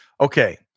Okay